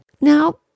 Now